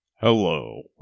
Hello